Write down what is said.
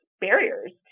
barriers